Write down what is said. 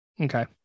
Okay